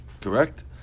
Correct